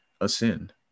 ascend